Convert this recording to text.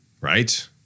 Right